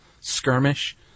skirmish